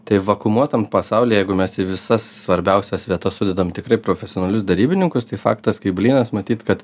tai vakuumuotam pasauly jeigu mes į visas svarbiausias vietas sudedam tikrai profesionalius derybininkus tai faktas kaip blynas matyt kad